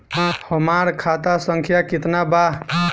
हमार खाता संख्या केतना बा?